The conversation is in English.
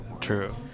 True